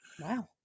Wow